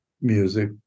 music